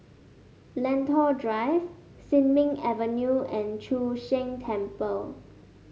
Lentor Drive Sin Ming Avenue and Chu Sheng Temple